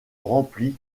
remplies